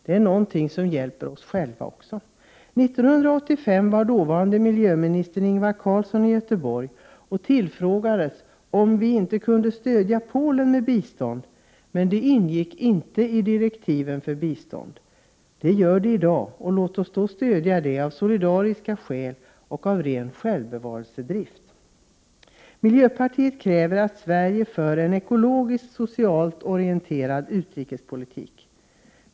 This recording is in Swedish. Det är något som också hjälper oss själva. År 1985 var den dåvarande miljöministern Ingvar Carlsson i Göteborg och tillfrågades om inte Sverige kunde stödja Polen genom ett bistånd. Men det landet ingick inte i direktiven för bistånd enligt Ingvar Carlsson. Det gör det i dag. Låt oss därför stödja Polen av solidariska skäl och av ren självbevarelsedrift. Miljöpartiet kräver att Sverige för en ekologisk-socialt orienterad utrikespolitik.